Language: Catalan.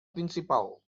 principal